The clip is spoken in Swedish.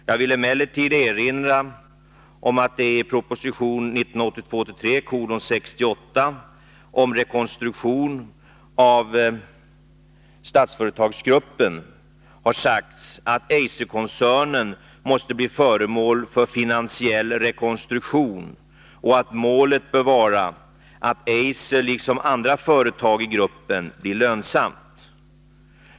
Jag vill emellertid erinra om att det i proposition 1982/83:68 om rekonstruktion av Statsföretagsgruppen har sagts att Eiserkoncernen måste bli föremål för finansiell rekonstruktion och att målet bör vara att Eiser liksom andra företag i gruppen blir lönsamt.